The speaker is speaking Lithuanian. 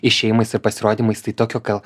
išėjimais ir pasirodymais tai tokio gal